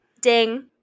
Ding